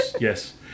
yes